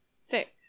six